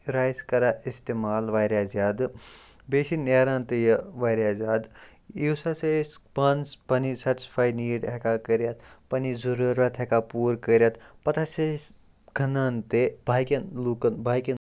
rice کَران استعمال واریاہ زیادٕ بیٚیہِ چھِ نیران تہِ یہِ واریاہ زیادٕ یُس ہَسا أسۍ پانَس پَنٕنۍ سٮ۪ٹِسفَے نیٖڈ ہٮ۪کان کٔرِتھ پَنٕنۍ ضٔروٗرَت ہٮ۪کان پوٗرٕ کٔرِتھ پَتہٕ ہَسا أسۍ کٕنان تہِ باقیَن لوٗکَن باقیَن